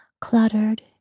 cluttered